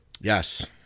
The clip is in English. Yes